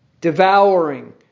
Devouring